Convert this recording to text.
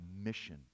mission